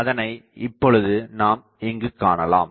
அதனை இப்பொழுது நாம் இங்குக்காணலாம்